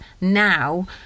now